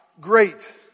great